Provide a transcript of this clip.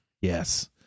yes